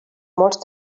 molts